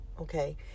Okay